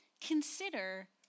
Consider